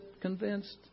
convinced